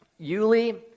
Yuli